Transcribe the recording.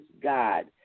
God